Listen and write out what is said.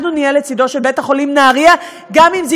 אנחנו נהיה לצדו של בית-החולים נהריה גם אם זה